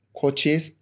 coaches